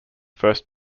first